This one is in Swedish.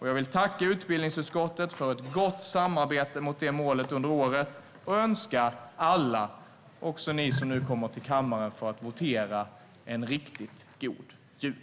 Jag vill tacka utbildningsutskottet för ett gott samarbete mot det målet under året och önska alla, också ni som nu kommer till kammaren för att votera, en riktigt god jul.